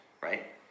right